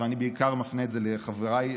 ואני מפנה את זה בעיקר לחבריי,